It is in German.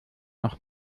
noch